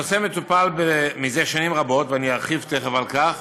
הנושא מטופל מזה שנים רבות, ואני ארחיב תכף על כך